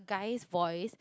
guys voice